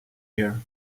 here